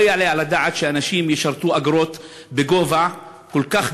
לא יעלה על הדעת שאנשים ישלמו אגרות בגובה רב כל כך,